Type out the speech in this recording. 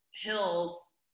hills